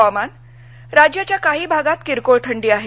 हवामान राज्याच्या काही भागात किरकोळ थंडी आहे